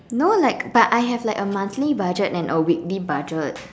no like but I have like a monthly budget and a weekly budget